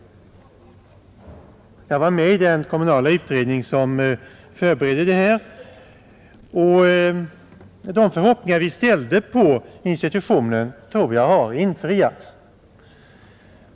Jag var med i den kommunala utredning som förberedde denna verksamhet, och de förhoppningar vi ställde på institutionen tror jag har infriats.